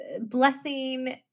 blessing